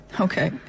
Okay